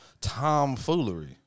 tomfoolery